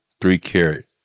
three-carat